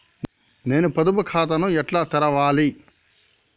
నేను పొదుపు ఖాతాను ఎట్లా తెరవాలి?